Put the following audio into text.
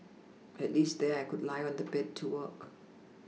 at least there I could lie on the bed to work